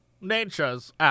nature's